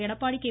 Edappadi K